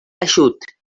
eixut